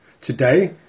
Today